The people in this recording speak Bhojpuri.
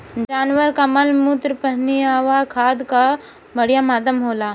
जानवर कअ मलमूत्र पनियहवा खाद कअ बढ़िया माध्यम होला